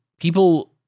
people